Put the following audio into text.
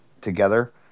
together